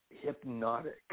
hypnotic